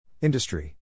Industry